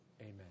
Amen